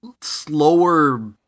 slower